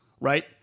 right